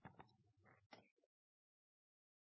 Takk